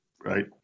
right